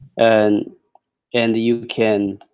and and you can,